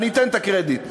אתן את הקרדיט,